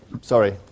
Sorry